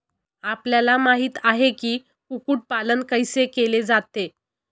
आपल्याला माहित आहे की, कुक्कुट पालन कैसे केले जाते?